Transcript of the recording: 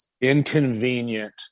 inconvenient